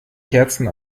kerzen